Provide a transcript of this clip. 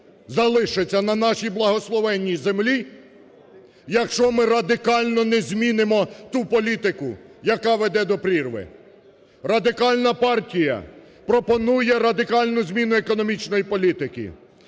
залишиться на нашій благословенній землі, якщо ми радикально не змінимо ту політику, яка веде до прірви. Радикальна партія пропонує радикальну зміну економічної політики,